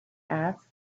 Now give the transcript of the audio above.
asked